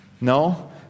No